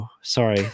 sorry